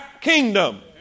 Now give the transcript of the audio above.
kingdom